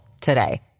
today